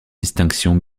distinctions